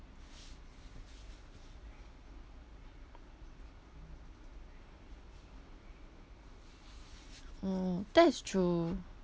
oh that's true